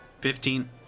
Fifteen